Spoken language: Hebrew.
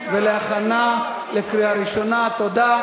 רבותי, זה עבר.